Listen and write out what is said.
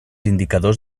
indicadors